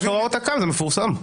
זה בהוראות תכ"ם, זה מפורסם.